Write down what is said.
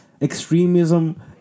extremism